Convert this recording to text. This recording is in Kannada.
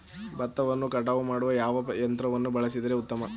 ಭತ್ತವನ್ನು ಕಟಾವು ಮಾಡಲು ಯಾವ ಯಂತ್ರವನ್ನು ಬಳಸಿದರೆ ಉತ್ತಮ?